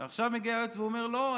עכשיו מגיע היועץ ואומר: לא,